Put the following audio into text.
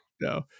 No